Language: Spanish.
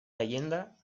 leyenda